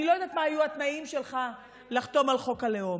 אני לא יודעת מה היו התנאים שלך לחתום על חוק הלאום